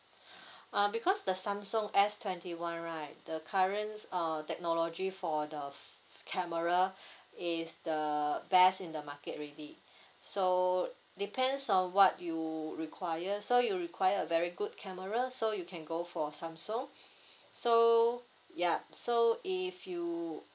uh because the samsung S twenty one right the current err technology for the camera is the best in the market already so depends on what you require so you require a very good camera so you can go for samsung so yup so if you